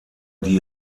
die